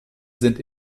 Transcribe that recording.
sind